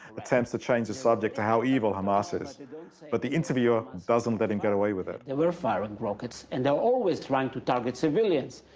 attempts to change the subject to how evil hamas is. but the interviewer doesnit let him get away with it. they were firing rockets, and theyire always trying to target civilians.